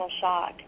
shock